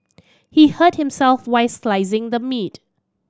he hurt himself while slicing the meat